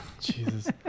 Jesus